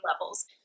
levels